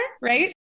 right